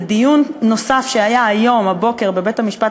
ודיון נוסף שהיה היום בבוקר בבית-המשפט